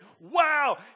Wow